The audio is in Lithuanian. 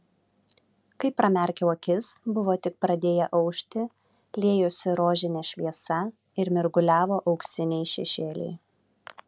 kai pramerkiau akis buvo tik pradėję aušti liejosi rožinė šviesa ir mirguliavo auksiniai šešėliai